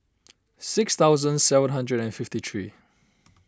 six thousand seven hundred and fifty three